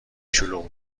شلوغ